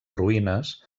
ruïnes